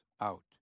out